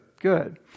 good